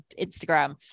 instagram